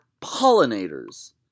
pollinators